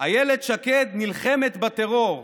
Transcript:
אילת שקד נלחמת בטרור,